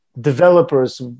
developers